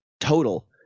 total